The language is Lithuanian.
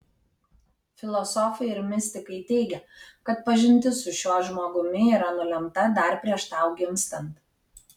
filosofai ir mistikai teigia kad pažintis su šiuo žmogumi yra nulemta dar prieš tau gimstant